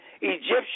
Egyptian